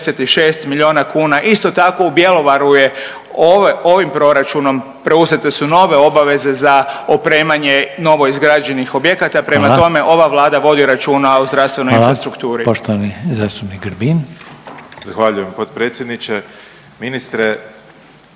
milijuna kuna, isto tako u Bjelovaru je, ovim proračunom preuzete su nove obaveze za opremanje novoizgrađenih objekata…/Upadica Reiner: Hvala/…prema tome ova Vlada vodi računa o zdravstvenoj infrastrukturi.